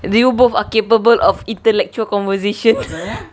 do you both are capable of intellectual conversation